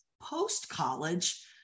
post-college